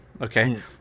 okay